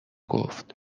گفت